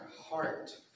heart